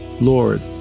Lord